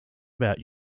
about